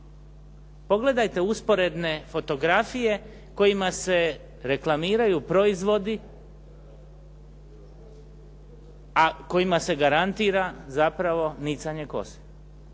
Pogledajte usporedne fotografije kojima se reklamiraju proizvodi, a kojima se garantira zapravo nicanje kose,